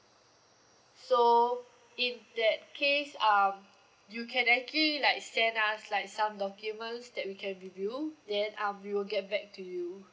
so in that case um you can actually like send us like some documents that we can review then um we will get back to you